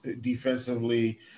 defensively